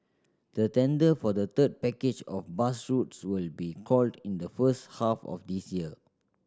the tender for the third package of bus routes will be called in the first half of this year